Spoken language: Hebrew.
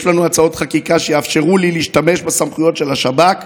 יש לנו הצעות חקיקה שיאפשרו לי להשתמש בסמכויות של השב"כ,